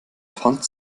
pfand